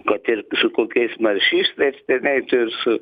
kad ir su kokiais maršistais ten eitų ir su